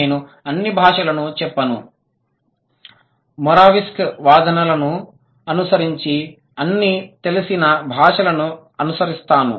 నేను అన్ని భాషలను చెప్పను మొరావ్సిక్ వాదనలను అనుసరించి అన్ని తెలిసిన భాషలను అనుసరిస్తాను